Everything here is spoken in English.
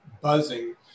buzzing